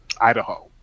Idaho